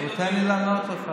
אבל תן לי לענות לך.